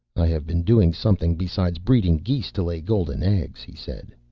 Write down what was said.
i have been doing something besides breeding geese to lay golden eggs, he said.